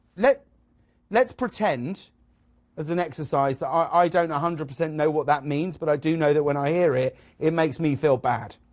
like let's pretend as an exercise that i don't one ah hundred percent know what that means but i do know that when i hear it it makes me feel bad.